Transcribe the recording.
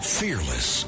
fearless